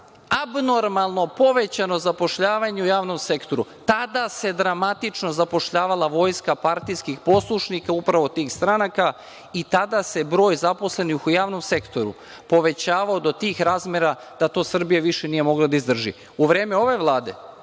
abnormalno povećano zapošljavanje u javnom sektoru. Tada se dramatično zapošljavala vojska partijskih poslušnika, upravo tih stranaka i tada se broj zaposlenih u javnom sektoru povećavao do tih razmera da to Srbija više nije mogla da izdrži.U vreme ove Vlade,